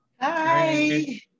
hi